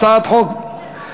הצעת חוק מ/635,